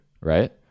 right